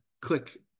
Click